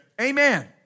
Amen